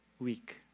week